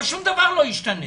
אבל שום דבר לא ישתנה,